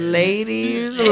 ladies